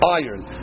iron